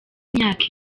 imyaka